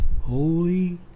holy